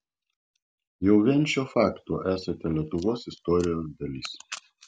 jau vien šiuo faktu esate lietuvos istorijos dalis